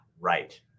right